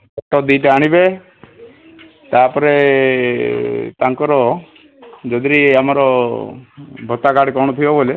photo ଦୁଇଟା ଆଣିବେ ତା'ପରେ ତାଙ୍କର ଯଦି ଆମର ଭର୍ତ୍ତା କାର୍ଡ଼ କ'ଣ ଥିବ ବୋଲେ